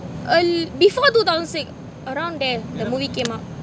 uh before two thousand six around there the movie came out